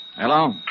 Hello